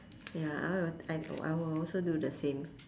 ya I will I know I will also do the same